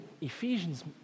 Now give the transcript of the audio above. Ephesians